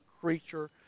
creature